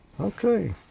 Okay